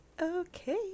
okay